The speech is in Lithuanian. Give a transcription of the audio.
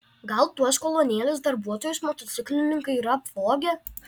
gal tuos kolonėlės darbuotojus motociklininkai yra apvogę